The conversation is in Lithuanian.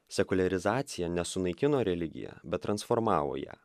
sekuliarizacija ne sunaikino religiją bet transformavo ją